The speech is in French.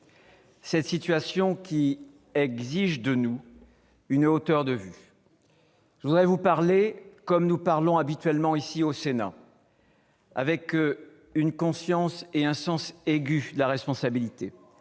peut déraper et exige de nous une hauteur de vue, je vous parlerai comme nous parlons habituellement, ici, au Sénat avec une conscience et un sens aigu de la responsabilité,